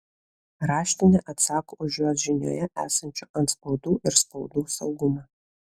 raštinė atsako už jos žinioje esančių antspaudų ir spaudų saugumą